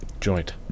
joint